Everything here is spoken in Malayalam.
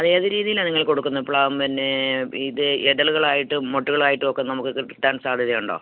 അത് ഏത് രീതിയിലാണ് നിങ്ങള് കൊടുക്കുന്നത് പ്ളാ പിന്നേ ഇത് ഇതളുകളായിട്ടും മൊട്ടുകളായിട്ടുവൊക്കെ നമുക്ക് കിട്ടാൻ സാധ്യതയുണ്ടോ